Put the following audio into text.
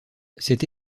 cette